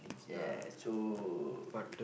yes true